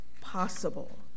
possible